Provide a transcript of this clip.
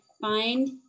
find